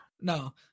no